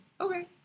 Okay